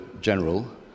general